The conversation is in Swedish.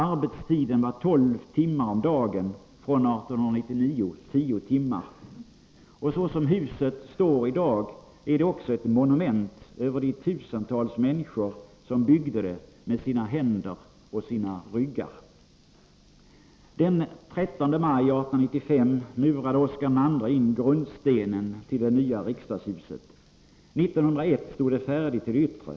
Arbetstiden var tolv timmar om dagen, från 1899 tio timmar. Så som husen står i dag är de också ett monument över de tusentals människor som byggde det med sina händer och sina ryggar. Den 13 maj 1895 murade Oscar II in grundstenen till det nya riksdagshuset. År 1901 stod det färdigt till det yttre.